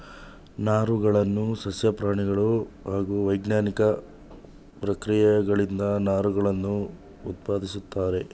ನಾರುಗಳನ್ನು ಸಸ್ಯ ಪ್ರಾಣಿಗಳು ಹಾಗೂ ವೈಜ್ಞಾನಿಕ ಪ್ರಕ್ರಿಯೆಗಳಿಂದ ನಾರುಗಳನ್ನು ಉತ್ಪಾದಿಸುತ್ತಾರೆ